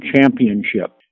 championship